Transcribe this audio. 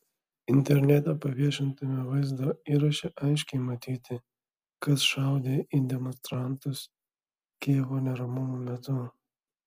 internete paviešintame vaizdo įraše aiškiai matyti kas šaudė į demonstrantus kijevo neramumų metu